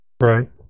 Right